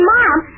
Mom